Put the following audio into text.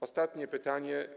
Ostatnie pytanie.